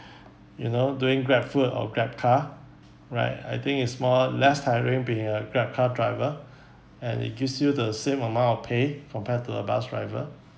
you know doing grab food or grab car right I think it's more less tiring being a grab car driver and it gives you the same amount of pay compared to a bus driver